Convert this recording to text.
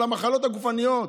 על המחלות הגופניות.